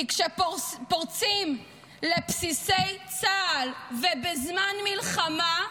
כי כשפורצים לבסיסי צה"ל, ובזמן מלחמה,